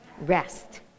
rest